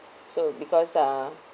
so because uh